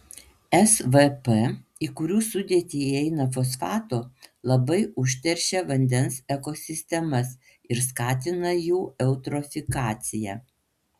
svp į kurių sudėtį įeina fosfato labai užteršia vandens ekosistemas ir skatina jų eutrofikaciją